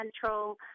central